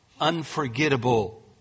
unforgettable